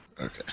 Okay